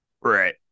Right